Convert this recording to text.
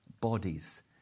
bodies